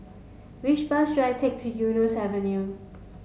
which bus should I take to Eunos Avenue